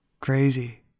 Crazy